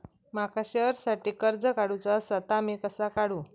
माका शेअरसाठी कर्ज काढूचा असा ता मी कसा काढू?